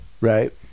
right